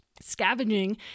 scavenging